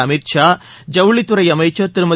அமித் ஷா ஜவுளித்துறை அமைச்சர் திருமதி